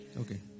Okay